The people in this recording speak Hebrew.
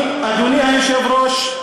אדוני היושב-ראש,